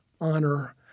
honor